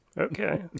Okay